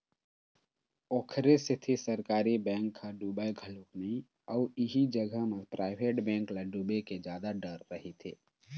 ओखरे सेती सरकारी बेंक ह डुबय घलोक नइ अउ इही जगा म पराइवेट बेंक ल डुबे के जादा डर रहिथे